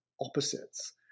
opposites